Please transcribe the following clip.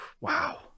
Wow